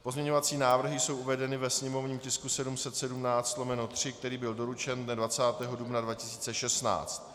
Pozměňovací návrhy jsou uvedeny ve sněmovním tisku 717/3, který byl doručen dne 20. dubna 2016.